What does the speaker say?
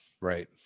Right